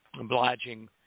obliging